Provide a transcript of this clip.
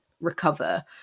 recover